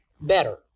better